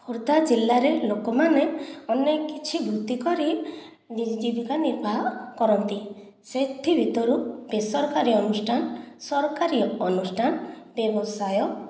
ଖୋର୍ଦ୍ଧା ଜିଲ୍ଲା ରେ ଲୋକ ମାନେ ଅନେକ କିଛି ବୃତ୍ତି କରି ଜୀବିକା ନିର୍ବାହ କରନ୍ତି ସେଥି ଭିତରୁ ବେସରକାରୀ ଅନୁଷ୍ଠାନ ସରକାରୀ ଅନୁଷ୍ଠାନ ବ୍ୟବସାୟ